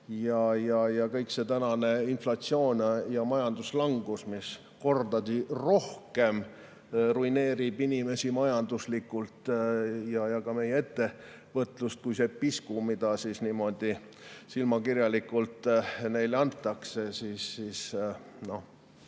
ja kogu see tänane inflatsioon ja majanduslangus, mis kordi rohkem ruineerib inimesi majanduslikult ja ka meie ettevõtlust kui see pisku, mida niimoodi silmakirjalikult neile antakse, näitab